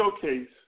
showcase